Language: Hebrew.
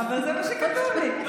אבל זה מה שכתוב לי.